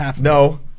No